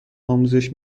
آموزش